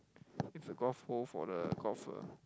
it's the golf pole for the golf uh